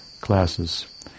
classes